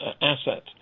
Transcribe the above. asset